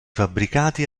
fabbricati